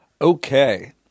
Okay